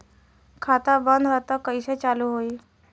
खाता बंद ह तब कईसे चालू होई?